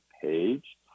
page